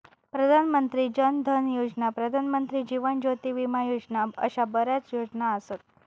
प्रधान मंत्री जन धन योजना, प्रधानमंत्री जीवन ज्योती विमा योजना अशा बऱ्याच योजना असत